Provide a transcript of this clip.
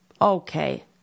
Okay